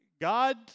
God